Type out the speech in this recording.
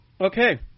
Okay